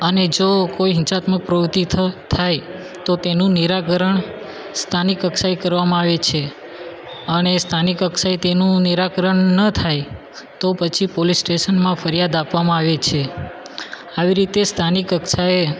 અને જો કોઈ હિંસાત્મક પ્રવૃતિ થાય તો તેનું નિરાકરણ સ્થાનિક કક્ષાએ કરવામાં આવે છે અને એ સ્થાનિક કક્ષાએ તેનું નિરાકરણ ન થાય તો પછી પોલીસ સ્ટેશનમાં ફરિયાદ આપવામાં આવે છે આવી રીતે સ્થાનિક કક્ષાએ